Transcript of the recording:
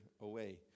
away